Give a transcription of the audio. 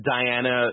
Diana